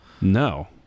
No